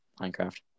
Minecraft